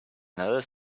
another